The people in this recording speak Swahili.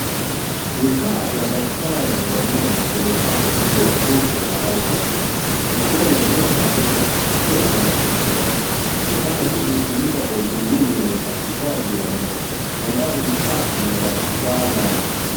Vifaa vya daktari wa meno vimepangwa juu ya uso wa rangi ya bluu vikiwemo kioo cha meno, skiller na explorer .Vifaa hivi hutumia kwa uchunguzi na usafishaji wa meno. Mandhari ni safi na ya kitaalamu.